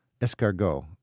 escargot